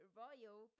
royal